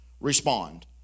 respond